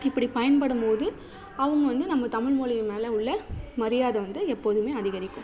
இப்படி பயன்படும் போது அவங்க வந்து நம்ம தமிழ் மொழி மேலே உள்ள மரியாதை வந்து எப்போதுமே அதிகரிக்கும்